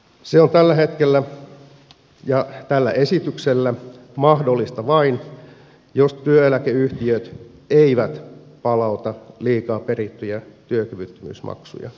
se on tällä hetkellä ja tällä esityksellä mahdollista vain jos työeläkeyhtiöt eivät palauta liikaa perittyjä työkyvyttömyysmaksuja